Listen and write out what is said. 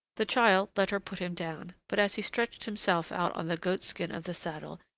the child let her put him down, but as he stretched himself out on the goat-skin of the saddle,